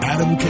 Adam